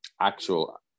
actual